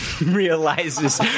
realizes